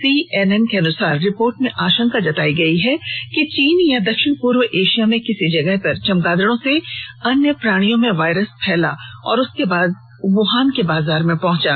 CNN के अनुसार report में आशंका जताई गई है कि चीन या दक्षिण पूर्व एशिया में किसी जगह पर चमगादड़ों से अन्य प्राणियों में वायरस फैला और उसके बाद वुहान के बाजार में पहुंचा